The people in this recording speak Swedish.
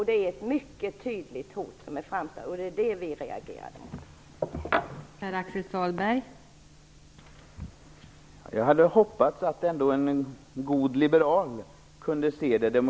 Det är ett mycket tydligt hot, och det reagerar vi mot.